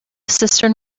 cistern